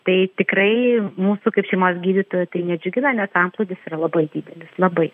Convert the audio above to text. tai tikrai mūsų kaip šeimos gydytojų tai nedžiugina nes antplūdis yra labai didelis labai